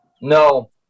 No